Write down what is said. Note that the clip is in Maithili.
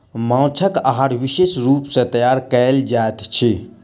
माँछक आहार विशेष रूप सॅ तैयार कयल जाइत अछि